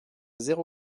zéro